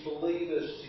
believers